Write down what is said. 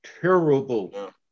terrible